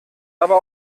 aber